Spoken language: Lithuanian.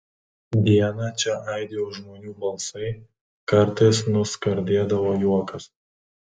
dieną čia aidėjo žmonių balsai kartais nuskardėdavo juokas